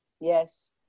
Yes